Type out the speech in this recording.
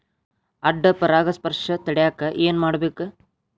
ಅಡ್ಡ ಪರಾಗಸ್ಪರ್ಶ ತಡ್ಯಾಕ ಏನ್ ಮಾಡ್ಬೇಕ್?